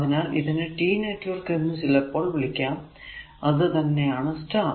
അതിനാൽ ഇതിനെ T network എന്ന് ചിലപ്പോൾ വിളിക്കാം അത് തന്നെ ആണ് സ്റ്റാർ